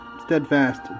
steadfast